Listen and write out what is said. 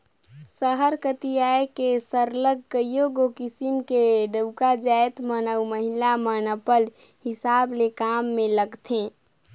सहर कती आए के सरलग कइयो किसिम ले डउका जाएत मन अउ महिला मन अपल हिसाब ले काम में लगथें